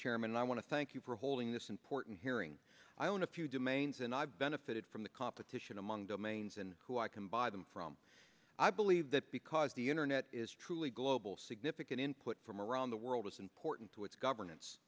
chairman i want to thank you for holding this important hearing i own a few to mainz and i've benefited from the competition among domains and who i can buy them from i believe that because the internet is truly global significant input from around the world is important to its governance